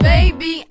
Baby